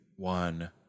One